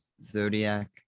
Zodiac